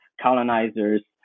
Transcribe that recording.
colonizers